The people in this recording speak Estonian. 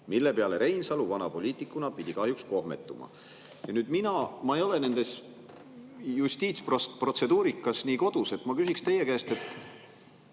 Mille peale Reinsalu vana poliitikuna pidi kahjuks kohmetuma." Nüüd, mina ei ole justiitsprotseduurikas nii kodus. Ma küsiksin teie käest: aga